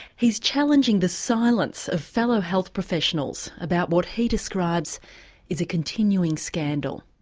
he's challenging the silence of fellow health professionals about what he describes is a continuing scandal.